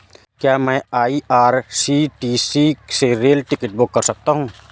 क्या मैं आई.आर.सी.टी.सी से रेल टिकट बुक कर सकता हूँ?